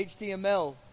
html